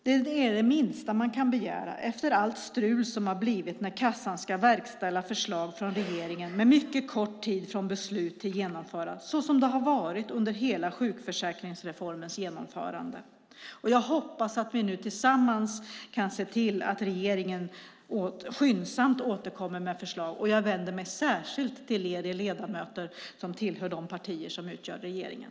Det är det minsta man kan begära efter allt strul som har blivit när kassan ska verkställa förslag från regeringen med mycket kort tid från beslut till genomförande, som det har varit under hela sjukförsäkringsreformens genomförande. Jag hoppas att vi nu tillsammans kan se till att regeringen skyndsamt återkommer med förslag, och jag vänder mig särskilt till er ledamöter som tillhör de partier som utgör regeringen.